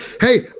Hey